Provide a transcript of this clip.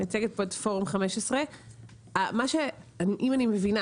מייצגת פה את פורום 15. מה שאם אני מבינה,